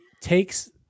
takes